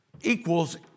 equals